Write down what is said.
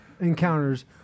encounters